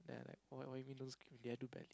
then I like what what you mean don't scream did I do badly